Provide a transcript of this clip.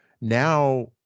now